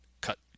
Cut